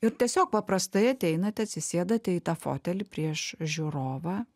ir tiesiog paprastai ateinate atsisėdate į tą fotelį prieš žiūrovą